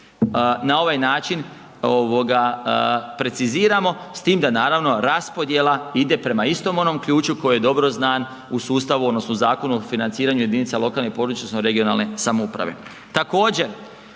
Na ovaj način preciziramo, s tim da naravno raspodjela ide prema istom onom ključu koji je dobro znan u sustavu, odnosno Zakonu o financiranju jedinica lokalne i područne (regionalne) samouprave.